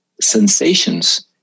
sensations